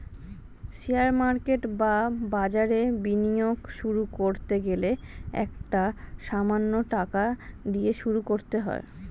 share market বা বাজারে বিনিয়োগ শুরু করতে গেলে একটা সামান্য টাকা দিয়ে শুরু করতে হয়